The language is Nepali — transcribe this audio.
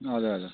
हजुर हजुर